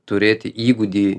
turėti įgūdį